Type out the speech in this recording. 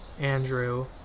Andrew